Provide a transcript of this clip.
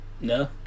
No